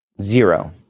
Zero